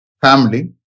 family